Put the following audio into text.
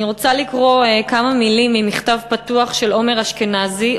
אני רוצה לקרוא כמה מילים ממכתב פתוח של עומר אשכנזי,